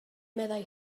meddai